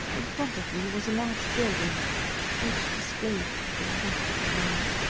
in front of me was a large building which displayed the magical name.